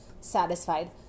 satisfied